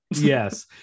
yes